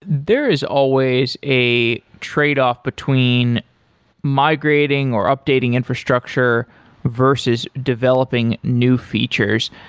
there is always a tradeoff between migrating or updating infrastructure versus developing new features.